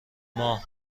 ماه